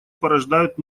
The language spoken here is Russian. порождают